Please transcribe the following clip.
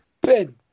Ben